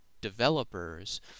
developers